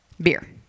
beer